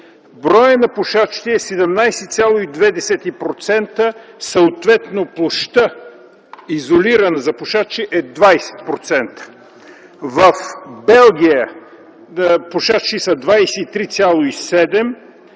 броят на пушачите е 17,2%. Съответно площта, изолирана за пушачи, е 20%. В Белгия пушачите са 23,7%,